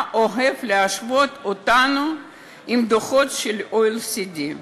אוהב להשוות אותנו עם דוחות של ה-OECD.